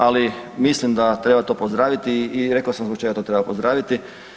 Ali mislim da treba to pozdraviti i rekao sam zbog čega to treba pozdraviti.